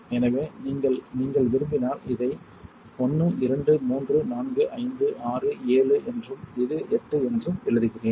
எனவே நீங்கள் நீங்கள் விரும்பினால் இதை 1 2 3 4 5 6 7 என்றும் இது 8 என்றும் எழுதுகிறேன்